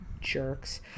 Jerks